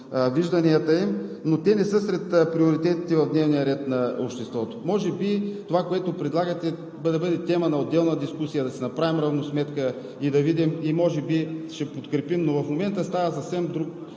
вижданията им, не са сред приоритетите в дневния ред на обществото. Може би това, което предлагате, да бъде тема на отделна дискусия – да си направим равносметка и може би ще подкрепим, но в момента става съвсем друг